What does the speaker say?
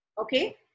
okay